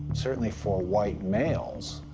certainly for white males,